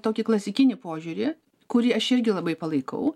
tokį klasikinį požiūrį kurį aš irgi labai palaikau